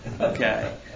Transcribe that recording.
Okay